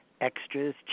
extras